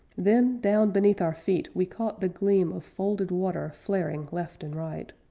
then, down beneath our feet, we caught the gleam of folded water flaring left and right,